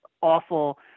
awful